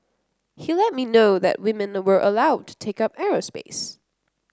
he let me know that women were allowed to take up aerospace